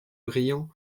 brillant